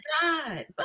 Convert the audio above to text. God